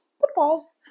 footballs